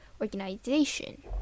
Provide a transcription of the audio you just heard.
organization